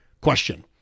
question